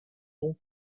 donc